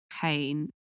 pain